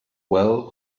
well